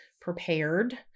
prepared